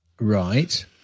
Right